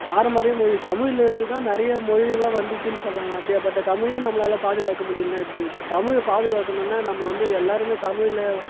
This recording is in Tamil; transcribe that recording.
பாரம்பரிய மொழி தமிழ்லேர்ந்துதான் நிறைய மொழியெலாம் வந்துச்சின்னு சொல்கிறாங்க அப்படியாபட்ட தமிழை நம்மளால் பாதுகாக்க முடியலன்னா எப்படி தமிழை பாதுகாக்கணும்னா நம்ம வந்து எல்லாருமே தமிழ்ல